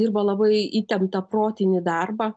dirba labai įtemptą protinį darbą